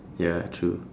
ya true